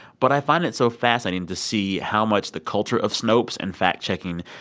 but i find it so fascinating to see how much the culture of snopes and fact-checking.